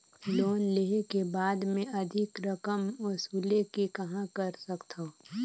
Loan लेहे के बाद मे अधिक रकम वसूले के कहां कर सकथव?